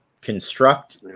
construct